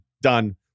Done